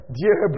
dear